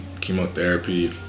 chemotherapy